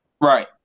Right